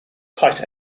tight